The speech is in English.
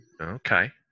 okay